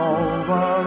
over